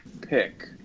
pick